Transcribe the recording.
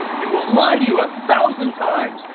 they will lie to you a thousand times,